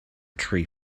tree